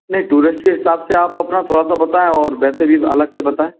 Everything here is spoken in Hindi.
नहीं टूरिस्ट के हिसाब से आप अपना थोड़ा सा बताएँ और वैसे भी अलग से बताएँ